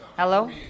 Hello